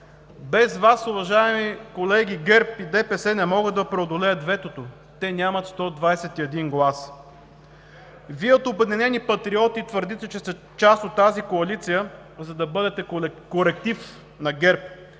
без Вас, уважаеми колеги, ГЕРБ и ДПС не могат да преодолеят ветото – те нямат 121 гласа. Вие от „Обединени патриоти“ твърдите, че сте част от тази коалиция, за да бъдете коректив на ГЕРБ.